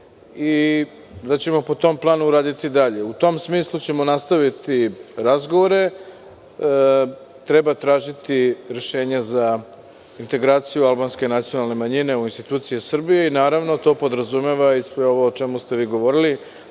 i da ćemo po tom planu raditi dalje. U tom smislu ćemo nastaviti razgovore. Treba tražiti rešenja za integraciju albanske nacionalne manjine u institucije Srbije i to podrazumeva i sve ovo o čemu ste vi govorili